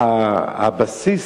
והבסיס,